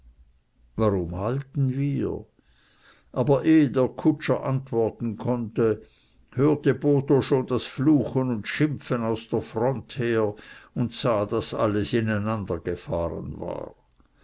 warum halten wir aber ehe der kutscher antworten konnte hörte botho schon das fluchen und schimpfen aus der front her und sah daß alles ineinandergefahren war